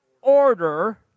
order